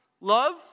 love